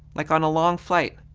like on a long flight.